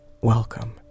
Welcome